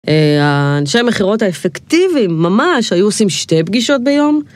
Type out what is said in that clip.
האנשי המכירות האפקטיביים ממש, היו עושים שתי פגישות ביום.